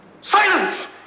Silence